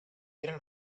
era